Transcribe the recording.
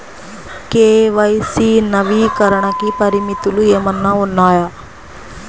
KYC నవీకరణకి పరిమితులు ఏమన్నా ఉన్నాయా?